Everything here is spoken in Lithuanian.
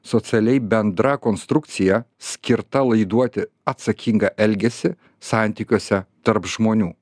socialiai bendra konstrukcija skirta laiduoti atsakingą elgesį santykiuose tarp žmonių